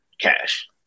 Cash